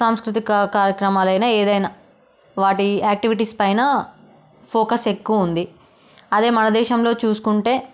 సాంస్కృతిక కార్యక్రమాలు అయినా ఏదైనా వాటి యాక్టివిటీస్ పైన ఫోకస్ ఎక్కువ ఉంది అదే మన దేశంలో చూసుకుంటే